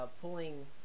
pulling